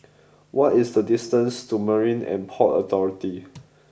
what is the distance to Marine And Port Authority